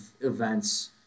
events